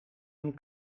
een